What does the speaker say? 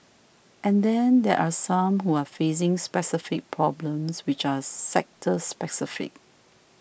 and then there are some who are facing specific problems which are sector specific